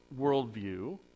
worldview